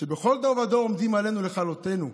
"שבכל דור ודור עומדים עלינו לכלותנו,